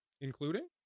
Including